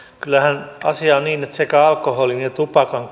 kyllähän asia on niin että sekä alkoholin että tupakan